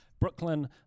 Brooklyn